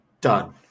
done